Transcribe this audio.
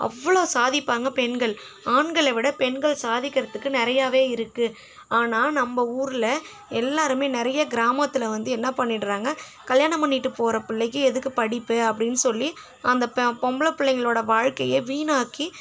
அவ்வளோ சாதிப்பாங்க பெண்கள் ஆண்களை விட பெண்கள் சாதிக்கிறத்துக்கு நிறையாவே இருக்குது ஆனால் நம்ம ஊரில் எல்லாேருமே நிறைய கிராமத்தில் வந்து என்ன பண்ணிடுறாங்க கல்யாணம் பண்ணிகிட்டு போகிற பிள்ளைக்கி எதுக்கு படிப்பு அப்படின்னு சொல்லி அந்த ப பொம்பளை பிள்ளைங்களோட வாழ்க்கையே வீணாக்கி